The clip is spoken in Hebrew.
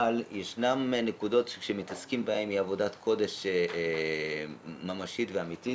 אבל ישנן נקודות שכשמתעסקים בהן זו עבודת קודש ממשית ואמיתית